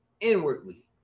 inwardly